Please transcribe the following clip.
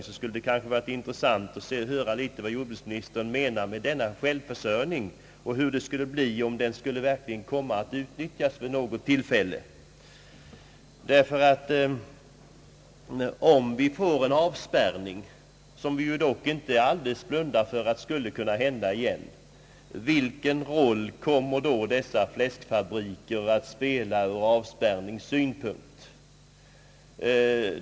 Det skulle vara intressant att höra jordbruksministerns mening om den 80-procentiga självförsörjningen, om den vid något tillfälle verkligen skulle behöva utnyttjas. Om vi får en avspärrning — vi kan dock inte helt blunda för att så kan bli fallet igen — vilken roll kommer då dessa fläskfabriker att spela ur avspärrningssynpunkt?